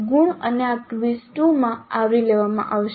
ગુણ અને આ ક્વિઝ 2 માં આવરી લેવામાં આવશે